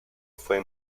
fue